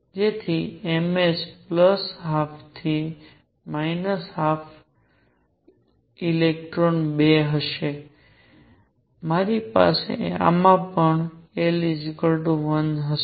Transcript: તેથી m s plus અડધા minus electron 2 હશે મારી પાસે આમાં પણ l 1 હશે